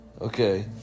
okay